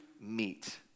meet